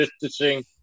distancing